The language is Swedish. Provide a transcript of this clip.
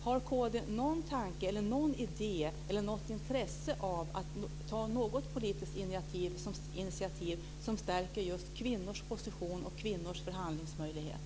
Har kd någon tanke, någon idé eller något intresse av att ta något politiskt initiativ som stärker just kvinnors position och kvinnors förhandlingsmöjlighet?